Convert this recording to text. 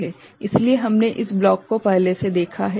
इसलिए हमने इस ब्लॉक को पहले से देखा है